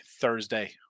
Thursday